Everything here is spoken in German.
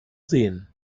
sehen